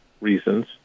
reasons